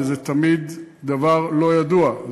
וזה תמיד דבר לא ידוע.